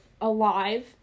alive